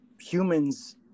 humans